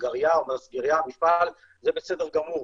נגריה או מסגריה או מפעל זה בסדר גמור,